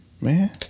man